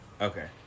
Okay